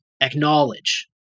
acknowledge